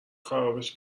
خرابش